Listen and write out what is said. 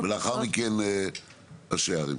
ולאחר מכן ראשי ערים.